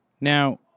Now